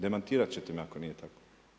Demantirati ćete me ako nije tako.